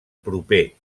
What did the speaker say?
proper